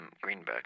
Greenberg